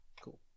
cool